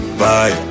bye